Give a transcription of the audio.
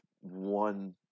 one